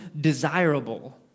desirable